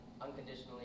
unconditionally